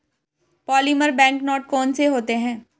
polymer bank note कौन से होते हैं